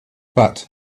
but